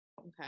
Okay